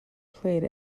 played